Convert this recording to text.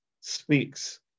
speaks